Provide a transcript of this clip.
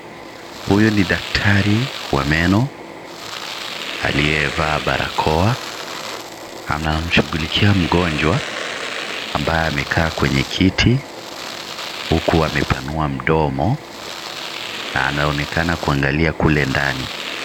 Huyu ni daktari wa meno aliyevaa barakoa, anamshughulikia mgonjwa, ambaye amekaa kwenye kiti, huku amepanua mdomo na anaonekana kuangalia kule ndani.